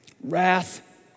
Wrath